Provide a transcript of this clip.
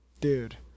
Dude